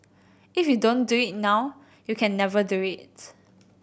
if you don't do it now you can never do it